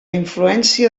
influència